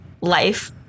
life